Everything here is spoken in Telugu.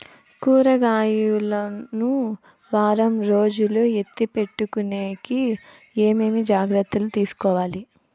కూరగాయలు ను వారం రోజులు ఎత్తిపెట్టుకునేకి ఏమేమి జాగ్రత్తలు తీసుకొవాలి?